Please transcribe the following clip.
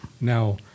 Now